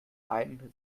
ein